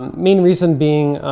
um main reason being,